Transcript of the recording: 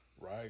Right